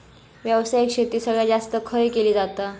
व्यावसायिक शेती सगळ्यात जास्त खय केली जाता?